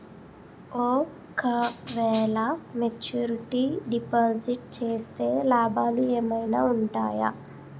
ఓ క వేల maturity deposit చేస్తే లాభాలు ఏమైనా ఉంటాయా?